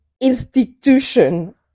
institution